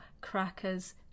crackers